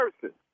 person